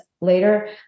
later